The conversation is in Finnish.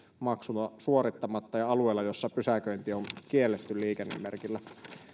maksua suorittamatta ja alueella jossa pysäköinti on kielletty liikennemerkillä